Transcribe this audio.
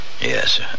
Yes